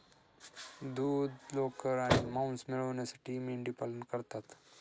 दूध, लोकर आणि मांस मिळविण्यासाठी मेंढीपालन करतात